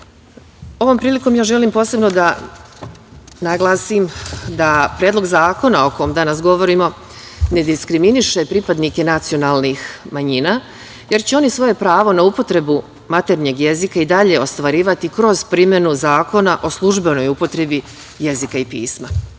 itd. Ovom prilikom želim posebno da naglasim da predlog zakona o kom danas govorimo ne diskriminiše pripadnike nacionalnih manjina, jer će oni svoje pravo na upotrebu maternjeg jezika i dalje ostvarivati kroz primenu Zakona o službenoj upotrebi jezika i pisma. Veći